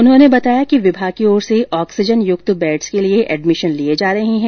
उन्होंने बताया कि विभाग की ओर से ऑक्सिजन युक्त बेड़स के लिए एडमिशन लिए जा रहे हैं